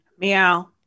Meow